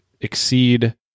exceed